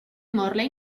morley